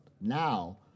now